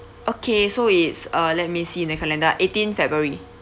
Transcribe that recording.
okay so it's uh let me see in the calendar eighteenth february